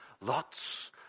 lots